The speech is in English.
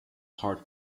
hart